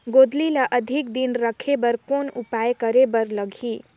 गोंदली ल अधिक दिन राखे बर कौन उपाय करे बर लगही?